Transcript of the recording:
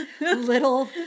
little